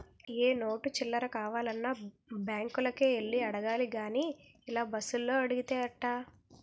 ఏ note చిల్లర కావాలన్నా బాంకులకే యెల్లి అడగాలి గానీ ఇలా బస్సులో అడిగితే ఎట్టా